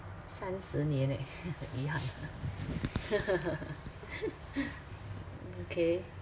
三十年 eh 遗憾 okay